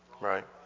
right